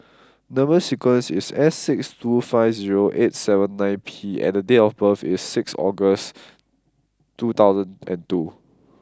number sequence is S six two five zero eight seven nine P and date of birth is sixth August two thousand and two